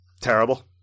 terrible